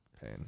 Pain